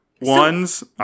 Ones